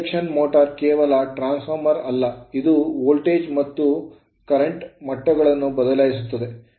induction motor ಕೇವಲ transformer ಅಲ್ಲ ಇದು ವೋಲ್ಟೇಜ್ ಮತ್ತು ಪ್ರಸ್ತುತ ಮಟ್ಟಗಳನ್ನು ಬದಲಾಯಿಸುತ್ತದೆ